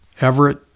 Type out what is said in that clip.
Everett